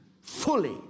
fully